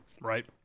Right